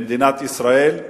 למדינת ישראל,